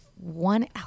One